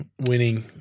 winning